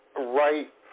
right